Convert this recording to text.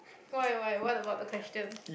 why why what about the question